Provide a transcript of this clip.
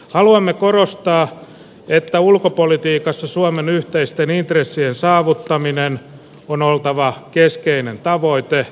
haluamme korostaa että ulkopolitiikassa suomen yhteisten intressien saavuttamisen on oltava keskeinen tavoite